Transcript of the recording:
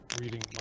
reading